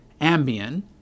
Ambien